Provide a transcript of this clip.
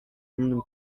dumnym